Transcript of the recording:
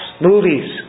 movies